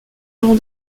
jean